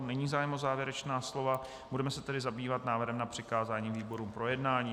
Není zájem o závěrečná slova, budeme se tedy zabývat návrhem na přikázání výborům k projednání.